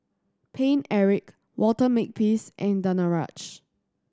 Paine Eric Walter Makepeace and Danaraj